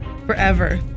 Forever